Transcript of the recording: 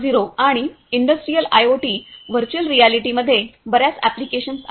0 आणि industrial IoT virtual reality मध्ये बर्याच एप्लीकेशन्स आहेत